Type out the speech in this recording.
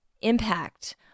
impact